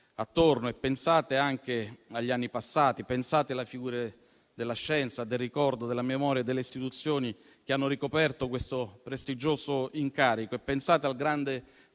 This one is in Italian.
attorno e pensate anche agli anni passati. Pensate alle figure della scienza, del ricordo, della memoria e delle istituzioni che hanno ricoperto questo prestigioso incarico. Pensate al grande